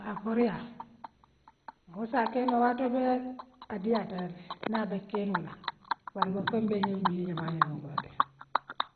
Haa foriaa woo saa keenoo waatoo bee ka diyaata le naa abee kee noo la bare duŋ a feŋ bee niŋ bii ye jamaniyoo loŋ kool alte.